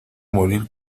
morir